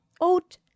Oat